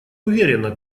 уверена